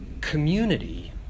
community